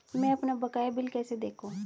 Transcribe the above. मैं अपना बकाया बिल कैसे देखूं?